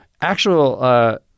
actual